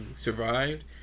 survived